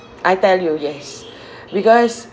I tell you yes because